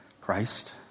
Christ